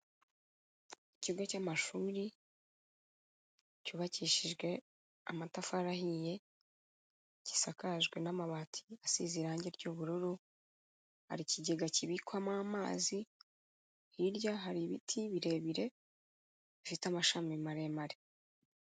Ikigo cy'amashuri, cyubakishijwe amatafari ahiye, gisakajwe n'amabati asize irangi ry'ubururu, hari ikigega kibikwamo amazi, hirya hari ibiti birebire bifite amashami maremare.